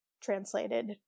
translated